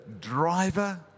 driver